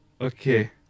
Okay